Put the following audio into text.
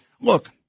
Look